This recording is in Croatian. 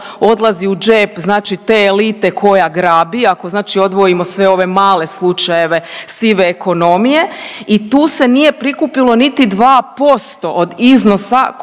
odlazi u džep, znači te elite koja grabi. Ako znači odvojimo sve ove male slučajeve sive ekonomije i tu se nije prikupilo niti dva posto